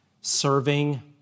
serving